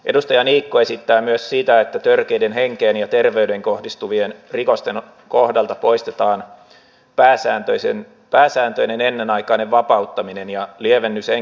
edustaja niikko esittää myös sitä että törkeiden henkeen ja terveyteen kohdistuvien rikosten kohdalta poistetaan pääsääntöinen ennenaikainen vapauttaminen ja lievennys ensikertalaisuuden perusteella